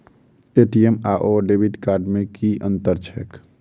ATM आओर debit card मे की अंतर छैक?